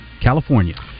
California